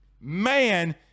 Man